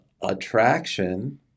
attraction